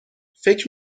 فکر